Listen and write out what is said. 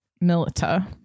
milita